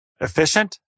efficient